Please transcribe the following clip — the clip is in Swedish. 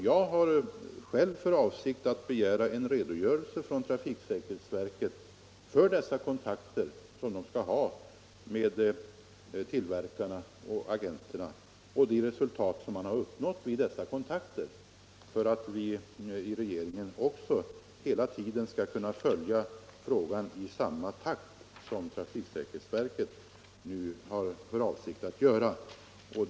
Jag har själv för avsikt att från trafiksäkerhetsverket begära en redogörelse för dessa kontakter som verket skall ha med tillverkarna och agenterna — och för de resultat som man därvid har uppnått — för att vi i regeringen hela tiden skall kunna följa frågan i samma takt som trafiksäkerhetsverket nu ämnar agera.